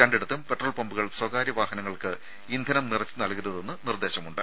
രണ്ടിടത്തും പെട്രോൾ പമ്പുകൾ സ്വകാര്യ വാഹനങ്ങൾക്ക് ഇന്ധനം നിറച്ചുനൽകരുതെന്നും നിർദേശമുണ്ട്